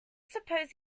suppose